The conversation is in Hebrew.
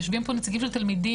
יושבים פה נציגים של תלמידים,